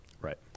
Right